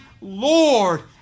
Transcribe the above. Lord